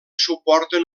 suporten